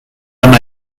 arna